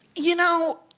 you know,